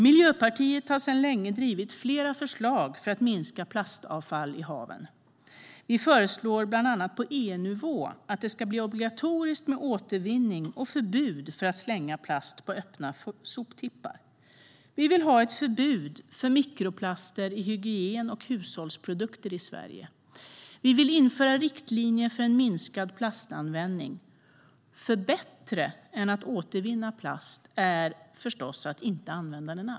Miljöpartiet har sedan länge drivit flera förslag för att minska plastavfallen i haven. Vi föreslår bland annat på EU-nivå att det ska bli obligatoriskt med återvinning och förbud mot att slänga plast på öppna soptippar. Vi vill ha ett förbud mot mikroplaster i hygien och hushållsprodukter i Sverige. Vi vill införa riktlinjer för en minskad plastanvändning, eftersom det förstås är bättre att inte använda plast alls än att återvinna den.